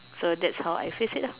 so that's how I faced it lah